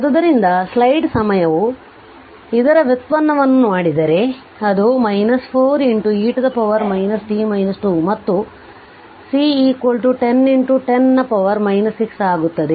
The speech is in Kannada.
ಆದ್ದರಿಂದ ಸ್ಲೈಡ್ ಸಮಯ ಇದರ ವ್ಯುತ್ಪನ್ನವನ್ನು ಮಾಡಿದರೆ ಅದು 4 e ಪವರ್ಗೆ t 2 ಮತ್ತು C 10 10 ನ ಪವರ್ 6 ಆಗುತ್ತದೆ